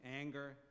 anger